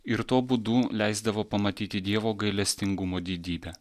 ir tuo būdu leisdavo pamatyti dievo gailestingumo didybę